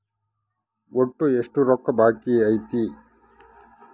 ಒಟ್ಟು ಎಷ್ಟು ರೊಕ್ಕ ಬಾಕಿ ಐತಿ?